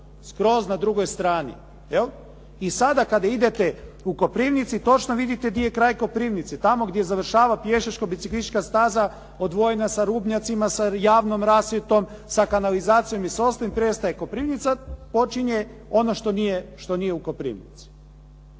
skroz na drugoj strani. I sada kada idete u Koprivnicu, točno vidite gdje je kraj Koprivnice, tamo gdje završava pješačko-biciklistička staza odvojena sa rubnjacima, sa javnom rasvjetom, sa kanalizacijom i s ostalim prestaje Koprivnica, počinje ono što nije u Koprivnici.